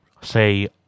Say